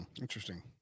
Interesting